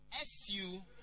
SU